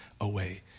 away